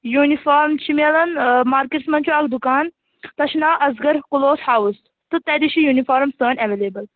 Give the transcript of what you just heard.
uniform چھِ میلان markets منٛز چھُ اکھ دُکان تتھ چھُ ناو ازگَر کُلوتھ ہاوُس تہٕ تتی چھِ یوٗنیفارم سٲنۍ ایٚویلیبٕل